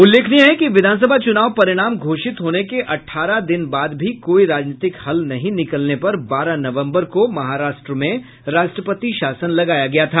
उल्लेखनीय है कि विधानसभा चूनाव परिणाम घोषित होने के अठारह दिन बाद भी कोई राजनीतिक हल नहीं निकलने पर बारह नवम्बर को महाराष्ट्र में राष्ट्रपति शासन लगाया गया था